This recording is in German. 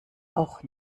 auch